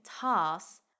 tasks